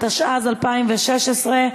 התשע"ז 2016,